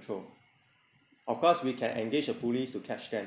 ~trol of course we can engage a police to catch them